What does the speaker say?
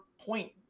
point